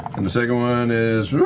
and the second one is yeah